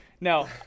No